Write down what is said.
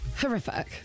horrific